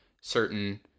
certain